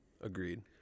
Agreed